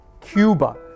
Cuba